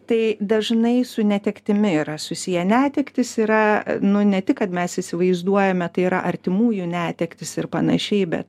tai dažnai su netektimi yra susiję netektys yra nu ne tik kad mes įsivaizduojame tai yra artimųjų netektys ir panašiai be